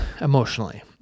emotionally